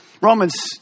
Romans